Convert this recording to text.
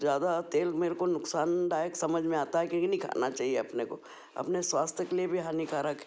ज़्यादा तेल मेरे को नुकसानदायक समझ में आता है क्योंकि नहीं खाना चाहिए अपने को अपने स्वास्थ्य के लिए भी हानिकारक है